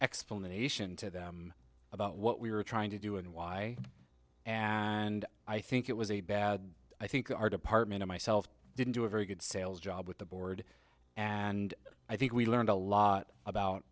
explanation to them about what we were trying to do and why and i think it was a bad i think our department myself didn't do a very good sales job with the board and i think we learned a lot about